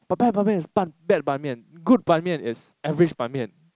but bad Ban-Mian is ban bad ban main good Ban-Mian is average Ban-Mian